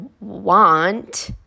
want